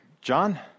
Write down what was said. John